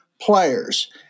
players